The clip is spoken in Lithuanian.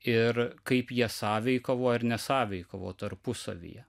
ir kaip jie sąveikavo ar nesąveikavo tarpusavyje